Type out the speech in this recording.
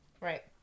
Right